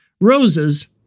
roses